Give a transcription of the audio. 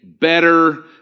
better